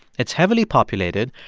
it's heavily populated,